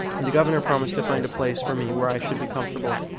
and the governor promised to find a place for me where i should be comfortable.